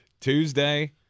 tuesday